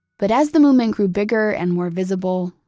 but as the movement grew bigger and more visible,